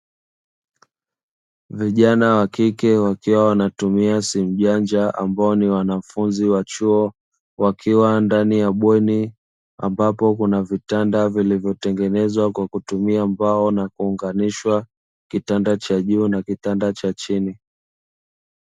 Vijana wa kike wakiwa wanatumia simu janja, ambao ni wanafunzi wa chuo, wakiwa ndani ya bweni, ambapo kuna vitanda vilivyotengenezwa kwa kutumia mbao na kuunganishwa kitanda cha juu na kitanda cha chini.